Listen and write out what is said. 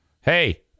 Hey